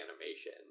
animation